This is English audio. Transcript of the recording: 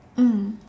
mm